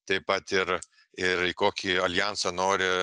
taip pat ir ir į kokį aljansą nori